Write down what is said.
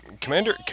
Commander